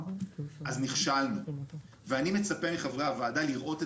אלא לתקופה ארוכה